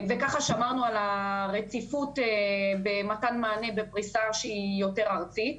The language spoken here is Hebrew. וככה שמרנו על הרציפות במתן מענה בפריסה שהיא יותר ארצית.